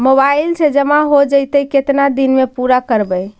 Mobile से जामा हो जैतय, केतना दिन में पुरा करबैय?